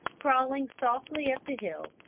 crawling softly up the hill,